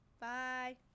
Bye